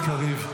חבר הכנסת קריב.